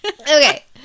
Okay